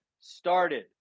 started